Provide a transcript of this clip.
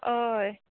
हय